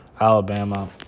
Alabama